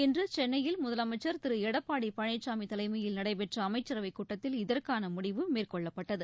இன்றுசென்னையில் முதலமைச்சர் திருளடப்பாடிபழனிசாமிதலைமையில் நடைபெற்றஅமைச்சரவைக் கூட்டத்தில் இதற்கானமுடிவு மேற்கொள்ளப்பட்டது